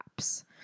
apps